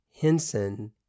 Henson